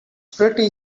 pretty